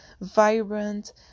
vibrant